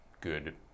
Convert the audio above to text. good